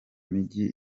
mijyi